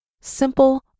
Simple